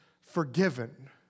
forgiven